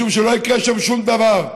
אלא משום שלא יקרה שם שום דבר,